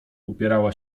upierała